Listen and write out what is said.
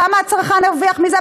כמה הצרכן הרוויח מזה?